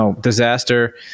disaster